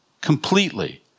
completely